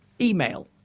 email